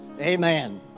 Amen